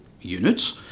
units